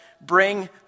bring